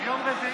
ביום רביעי,